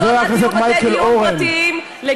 אז עוד מעט יהיו בתי-דין פרטיים לגיור,